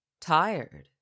Tired